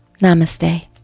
Namaste